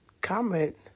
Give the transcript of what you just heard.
comment